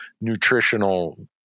nutritional